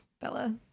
Bella